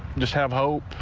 just have hope.